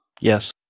Yes